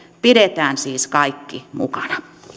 pidetään siis kaikki mukana